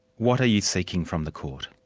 what are you seeking from the court?